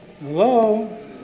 hello